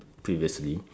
previously